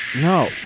No